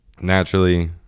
naturally